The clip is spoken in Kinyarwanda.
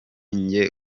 njye